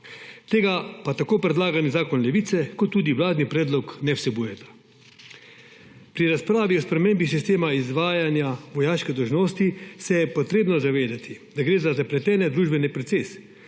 Tega pa tako predlog Levice kot tudi vladni predlog ne vsebujeta. Pri razpravi o spremembi sistema izvajanja vojaške dolžnosti se je potrebno zavedati, da gre za zapletene družbene procese